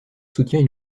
soutient